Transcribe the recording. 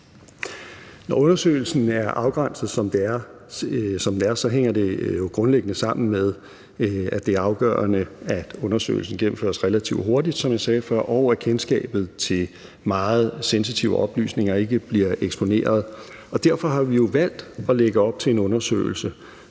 Når undersøgelsen er afgrænset, som den er, hænger det jo grundlæggende sammen med, at det er afgørende, at undersøgelsen gennemføres relativt hurtigt, som jeg sagde før, og at kendskabet til meget sensitive oplysninger ikke bliver eksponeret. Derfor har vi jo valgt at lægge op til en undersøgelse,